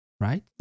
right